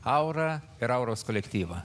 aurą ir auros kolektyvą